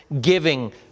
giving